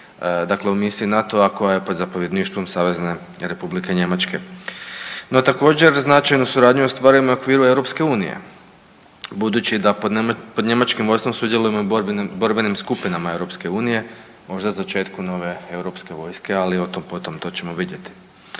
dakle u misiji NATO-a koja je pod zapovjedništvom SR Njemačke. No, također, značajnu suradnju ostvarujemo i okviru EU budući da pod njemačkim vodstvom sudjelujemo i u borbenim skupinama EU, možda začetku nove europske vojske, ali o tom, potom, to ćemo vidjeti.